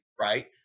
right